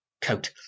coat